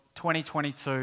2022